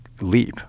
leap